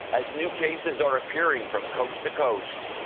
as new cases are appearing from coast to coast.